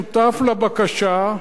שותף לבקשה,